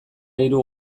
hiru